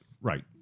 right